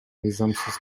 мыйзамсыз